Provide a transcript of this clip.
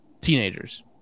teenagers